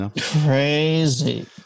Crazy